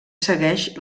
segueix